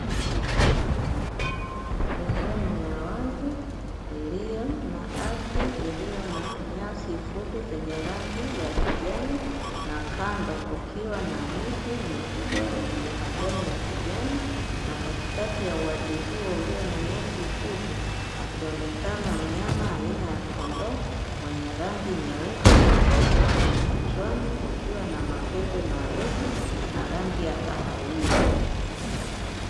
Sehemu ya wazi ilio na ardhi iliyo na nyasi fupi zenye rangi ya kijani na kando kukiwa na miti mikubwa yenye majani ya kijani, na katikati ya uwazi huo ulio na nyasi fupi akionekana mnyama aina ya kondoo mwenye rangi nyeupe na sehemu ya kichwani kukiwa na mapembe marefu na rangi ya kahawia.